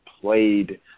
played